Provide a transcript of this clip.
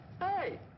Hey